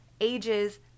ages